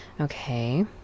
Okay